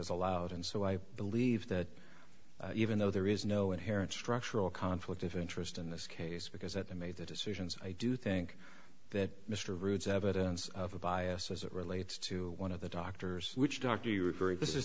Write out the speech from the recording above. is allowed and so i believe that even though there is no inherent structural conflict of interest in this case because i made the decisions i do think that mr rood's evidence of a bias as it relates to one of the doctors which doctor you very this is